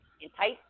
Entice